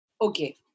Okay